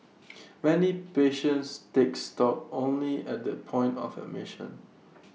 many patients take stock only at the point of admission